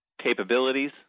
capabilities